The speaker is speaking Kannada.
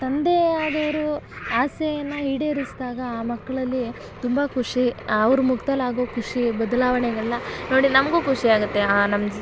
ತಂದೆ ಆದವರು ಆಸೆಯನ್ನು ಈಡೇರಿಸ್ದಾಗ ಆ ಮಕ್ಕಳಲ್ಲಿ ತುಂಬ ಖುಷಿ ಅವ್ರ ಮುಖದಲ್ಲಿ ಆಗೊ ಖುಷಿ ಬದಲಾವಣೆಗಳನ್ನ ನೋಡಿ ನಮ್ಗೂ ಖುಷಿ ಆಗುತ್ತೆ ಆ ನಮ್ಮ